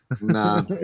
Nah